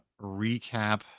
recap